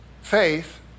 faith